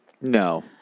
No